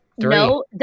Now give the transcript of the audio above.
No